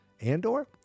Andor